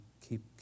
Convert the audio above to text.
keep